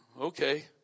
okay